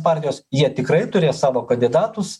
partijos jie tikrai turės savo kandidatus